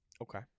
Okay